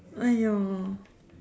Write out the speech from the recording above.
!aiyo!